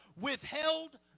withheld